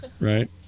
right